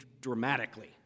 dramatically